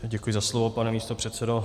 Děkuji za slovo, pane místopředsedo.